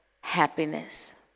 happiness